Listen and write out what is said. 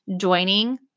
joining